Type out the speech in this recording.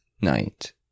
night